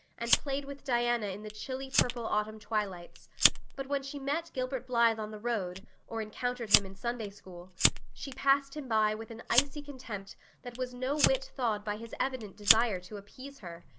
and played with diana in the chilly purple autumn twilights but when she met gilbert blythe on the road or encountered him in sunday school she passed him by with an icy contempt that was no whit thawed by his evident desire to appease her.